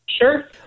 Sure